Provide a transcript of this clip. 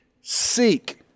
seek